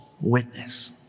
witness